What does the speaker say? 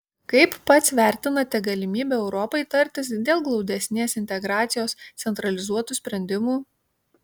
kaip pats vertinate galimybę europai tartis dėl glaudesnės integracijos centralizuotų sprendimų